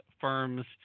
firms